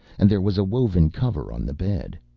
and there was a woven cover on the bed.